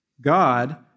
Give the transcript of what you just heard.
God